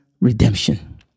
redemption